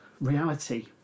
reality